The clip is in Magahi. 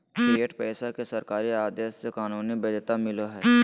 फ़िएट पैसा के सरकारी आदेश से कानूनी वैध्यता मिलो हय